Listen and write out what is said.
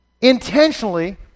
intentionally